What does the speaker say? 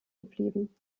geblieben